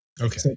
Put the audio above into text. Okay